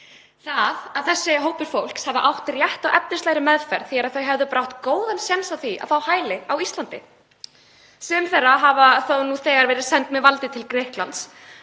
Það að þessi hópur fólks hafi átt rétt á efnislegri meðferð þýðir að þau hefðu bara átt góðan séns á því að fá hæli á Íslandi. Sum þeirra hafa nú þegar verið send með valdi til Grikklands